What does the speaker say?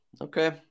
Okay